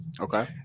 Okay